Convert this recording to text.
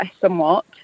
somewhat